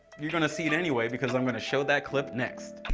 you're gonna see it anyway because i'm gonna show that clip next.